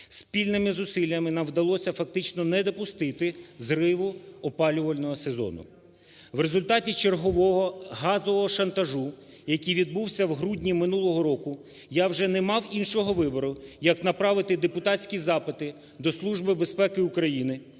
Спільними зусиллями нам вдалося фактично не допустити зриву опалювального сезону. В результаті чергового газового шантажу, який відбувся в грудні минулого року я вже не мав іншого вибору, як направити депутатські запити до Служби безпеки України,